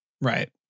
Right